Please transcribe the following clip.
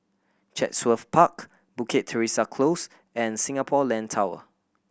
Chatsworth Park Bukit Teresa Close and Singapore Land Tower